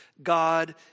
God